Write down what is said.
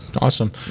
awesome